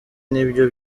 nibyo